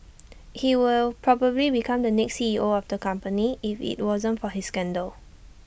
he will probably become the next CEO of the company if IT wasn't for his scandal